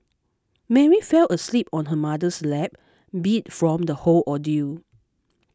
Mary fell asleep on her mother's lap beat from the whole ordeal